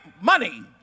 money